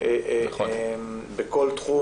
בכל תחום,